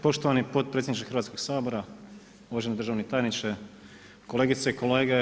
Poštovani potpredsjedniče Hrvatskog sabora, uvaženi državni tajniče, kolegice i kolege.